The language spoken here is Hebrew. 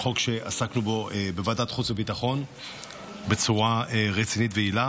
חוק שעסקנו בו בוועדת החוץ והביטחון בצורה רצינית ויעילה.